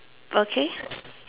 okay